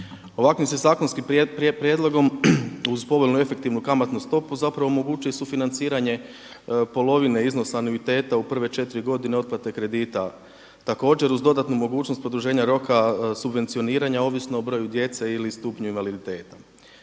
Ovakvim se zakonskim prijedlogom uz povoljnu efektivnu kamatnu stopu zapravo omogućuje i sufinanciranje polovine iznosa anuiteta u prve četiri godine otplate kredita, također uz dodatnu mogućnost produženja roka subvencioniranja ovisno o broju djece ili stupnju invaliditeta.